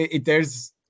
theres